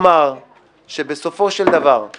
תמיכה בעיקרון שאנחנו מדברים עליו בשבועות האחרונים